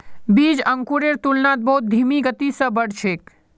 बीज अंकुरेर तुलनात बहुत धीमी गति स बढ़ छेक